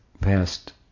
past